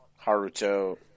Haruto